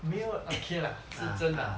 没有 okay lah 是真的 lah